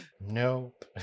Nope